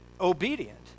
obedient